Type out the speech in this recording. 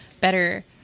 better